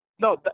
No